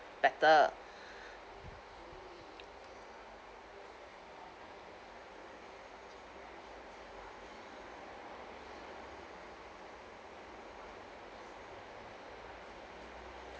better